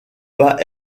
pas